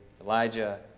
Elijah